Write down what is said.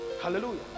hallelujah